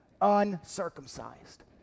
uncircumcised